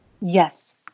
Yes